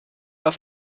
auf